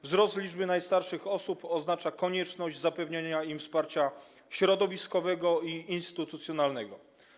Wzrost liczby najstarszych osób oznacza konieczność zapewniania im wsparcia środowiskowego i instytucjonalnego.